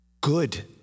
good